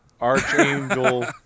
Archangel